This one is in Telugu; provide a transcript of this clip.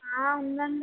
ఉందండి